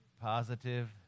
positive